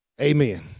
Amen